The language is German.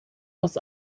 das